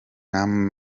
ibyombo